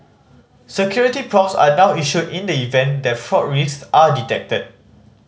security prompts are now issued in the event that fraud risk are detected